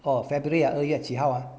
orh february 二月几号啊